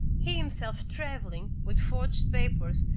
he himself traveling, with forged papers,